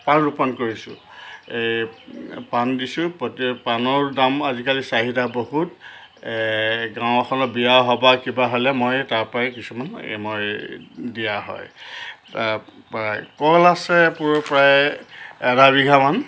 পাণ ৰোপণ কৰিছোঁ এই পাণ দিছোঁ প্ৰতি পাণৰ দাম আজিকালি চাহিদা বহুত গাওঁ এখনত বিয়া সবাহ কিবা হ'লে মই তাৰ পৰাই কিছুমান মই দিয়া হয় তাপা কল আছে প্ৰায় আধা বিঘামান